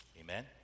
amen